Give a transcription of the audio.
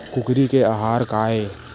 कुकरी के आहार काय?